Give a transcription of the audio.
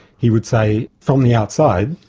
he would say from the outside,